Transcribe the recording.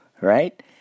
right